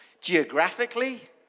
geographically